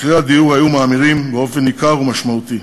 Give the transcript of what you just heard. מחירי הדיור היו מאמירים באופן ניכר ומשמעותי.